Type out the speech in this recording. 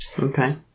Okay